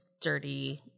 dirty